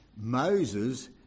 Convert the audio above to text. Moses